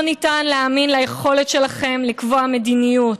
לא ניתן להאמין ליכולת שלכם לקבוע מדיניות,